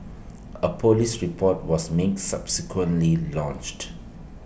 A Police report was mean subsequently lodged